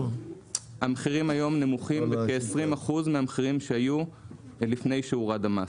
המחירים היום נמוכים בכ-20% מהמחירים שהיו לפני שהורד המס.